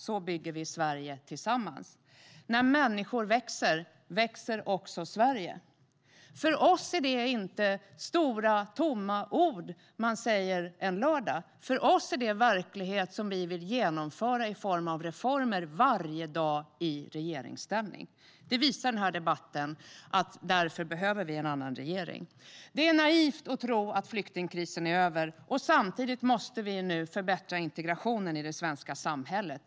Så bygger vi Sverige tillsammans. När människor växer, växer också Sverige. För oss är det inte stora, tomma ord vi säger på en lördag. För oss är det verklighet som vi vill genomföra med reformer varje dag i regeringsställning. Denna debatt visar att vi behöver en annan regering. Det är naivt att tro att flyktingkrisen är över. Samtidigt måste vi förbättra integrationen i det svenska samhället.